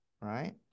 right